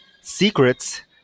secrets